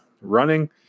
running